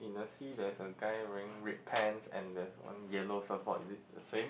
you see there's a guy wearing red pants and there's one yellow surfboard is it the same